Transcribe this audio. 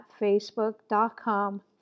facebook.com